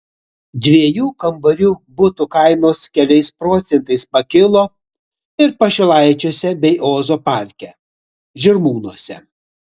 dviejų kambarių butų kainos keliais procentais pakilo ir pašilaičiuose bei ozo parke žirmūnuose